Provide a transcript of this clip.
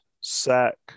sack